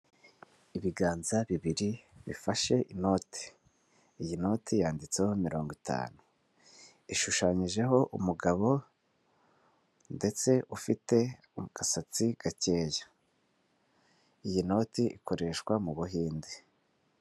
Ibiganza bibiri bifashe inoti. Iyi noti yanditseho mirongo itanu, ishushanyijeho umugabo ndetse ufite agasatsi gakeya. Iyi noti ikoreshwa mu Buhinde.